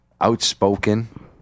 Outspoken